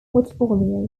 portfolio